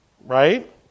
Right